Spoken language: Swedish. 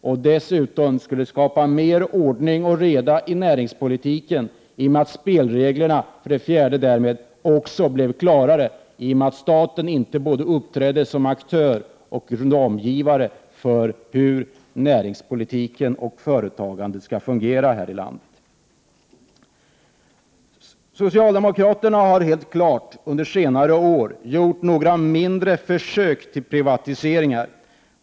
Den skulle även skapa mera ordning och reda i näringspolitiken, eftersom spelreglerna skulle bli klarare i och med att staten inte skulle uppträda både som aktör och ramgivare för hur näringspolitiken och företagandet skall fungera här i landet. Socialdemokraterna har under senare år gjort några mindre försök till privatiseringar.